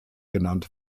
und